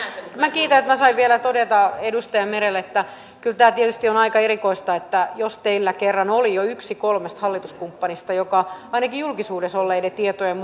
minä kiitän että minä sain vielä todeta edustaja merelle että kyllä tämä tietysti on on aika erikoista että jos teillä kerran oli jo yksi kolmesta hallituskumppanista joka ainakin julkisuudessa olleiden tietojen